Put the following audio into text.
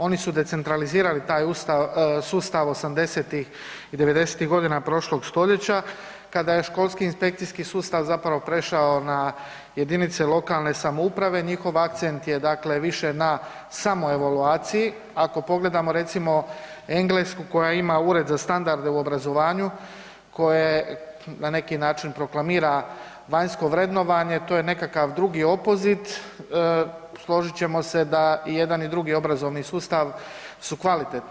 Oni su decentralizirali taj sustav 80-ih i 90-ih godina prošlog stoljeća kada je školski inspekcijski sustav zapravo prešao na jedinice lokalne samouprave, njihov akcent je dakle više na samoevaluaciji, ako pogledamo recimo Englesku koja ima ured za standarde u obrazovanju koje na neki način proklamira vanjsko vrednovanje, to je neki drugi opozit, složit ćemo se da i jedan i drugi obrazovni sustav su kvalitetni.